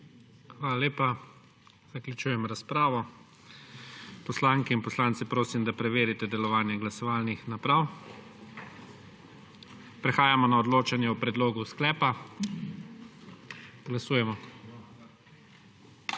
Hvala lepa. Zaključujem razpravo. Poslanke in poslance prosim, da preverite delovanje glasovalnih naprav. Prehajamo na odločanje o predlogu sklepa. Glasujemo.